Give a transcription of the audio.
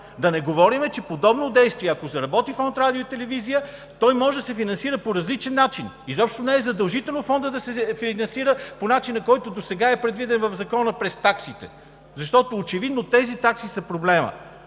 Да не говорим, че подобно действие, ако заработи Фонд „Радио и телевизия“, той може да се финансира по различен начин. Изобщо не е задължително Фондът да се финансира по начина, който досега е предвиден в Закона – през таксите, защото очевидно тези такси са проблемът.